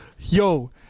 Yo